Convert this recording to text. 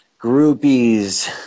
groupies